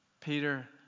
Peter